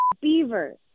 Beaver